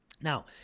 Now